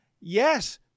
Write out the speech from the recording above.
yes